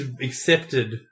accepted